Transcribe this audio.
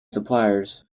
suppliers